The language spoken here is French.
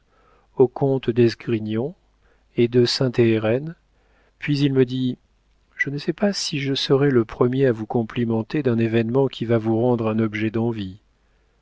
aux comtes d'esgrignon et de saint héreen puis il me dit je ne sais pas si je serai le premier à vous complimenter d'un événement qui va vous rendre un objet d'envie